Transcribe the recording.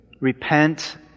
repent